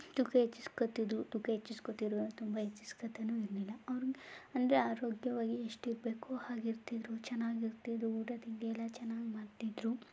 ತೂಕ ಹೆಚ್ಚಿಸ್ಕೊಳ್ತಿದ್ರು ತೂಕ ಹೆಚ್ಚಿಸ್ಕೊಳ್ತಿದ್ರು ತುಂಬ ಹೆಚ್ಚಿಸ್ಕೊಳ್ತಲೂ ಇರಲಿಲ್ಲ ಅವ್ರಿಗೆ ಅಂದರೆ ಆರೋಗ್ಯವಾಗಿ ಎಷ್ಟಿರಬೇಕೋ ಹಾಗೆ ಇರ್ತಿದ್ರು ಚೆನ್ನಾಗಿರ್ತಿದ್ರು ಊಟ ತಿಂಡಿಯೆಲ್ಲ ಚೆನ್ನಾಗಿ ಮಾಡ್ತಿದ್ದರು